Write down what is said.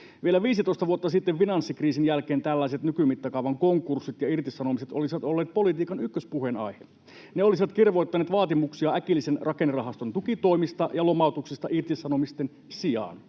Vielä 15 vuotta sitten, finanssikriisin jälkeen, tällaiset nykymittakaavan konkurssit ja irtisanomiset olisivat olleet politiikan ykköspuheenaihe. Ne olisivat kirvoittaneet vaatimuksia äkillisen rakennerahaston tukitoimista ja lomautuksista irtisanomisten sijaan.